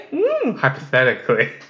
Hypothetically